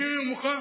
אני מוכן.